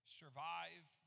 survive